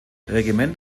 regiment